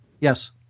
yes